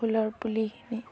ফুলৰ পুলিখিনি